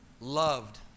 loved